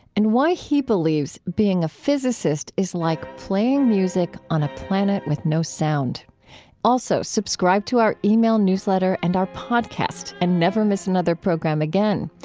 and why he believes being a physicist is like playing music on a planet with no sound also, subscribe to our e-mail newsletter and our podcast, and never miss another program again.